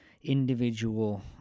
individual